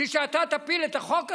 בשביל שאתה תפיל את החוק הזה?